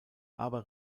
aber